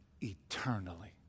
eternally